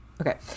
Okay